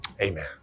amen